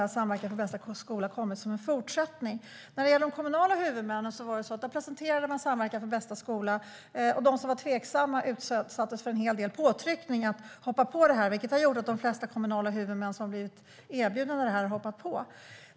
Samverkan för bästa skola har kommit som en fortsättning. Hos de kommunala huvudmännen presenterade man Samverkan för bästa skola, och de som var tveksamma utsattes för en hel del påtryckningar att hoppa på det här. Det har gjort att de flesta kommunala huvudmän som blivit erbjudna det här har hoppat på.